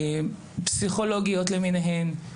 פסיכולוגיות למיניהן,